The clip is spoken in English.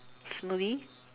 smoothie